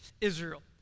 Israel